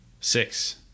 six